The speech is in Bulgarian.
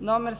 №